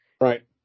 Right